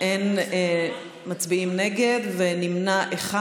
אין מתנגדים, נמנע אחד.